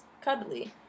cuddly